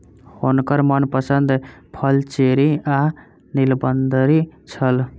हुनकर मनपसंद फल चेरी आ नीलबदरी छल